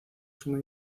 suma